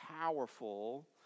powerful